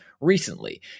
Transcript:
recently